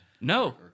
No